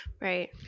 right